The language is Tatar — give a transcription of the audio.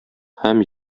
һәм